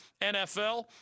NFL